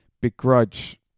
Begrudge